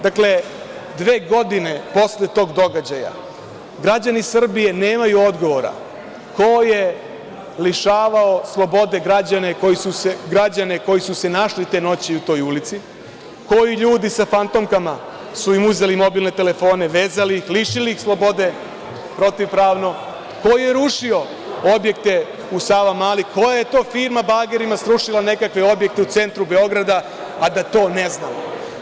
Dakle, dve godine posle tog događaja građani Srbije nemaju odgovora ko je lišavao slobode građane koji su se našli te noći u toj ulici, koji ljudi sa fantomkama su im uzeli mobilne telefone, vezali ih, lišili ih slobode protivpravno, ko je rušio objekte u „Savamali“, koja je to firma bagerima srušila nekakve objekte u centru Beogradu, a da to ne znamo.